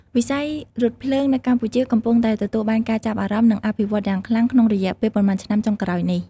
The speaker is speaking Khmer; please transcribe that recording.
វិស័យរថភ្លើងនៅកម្ពុជាកំពុងតែទទួលបានការចាប់អារម្មណ៍និងអភិវឌ្ឍន៍យ៉ាងខ្លាំងក្នុងរយៈពេលប៉ុន្មានឆ្នាំចុងក្រោយនេះ។